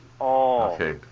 Okay